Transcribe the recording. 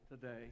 today